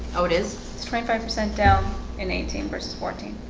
oh, it is twenty five percent down in eighteen verses fourteen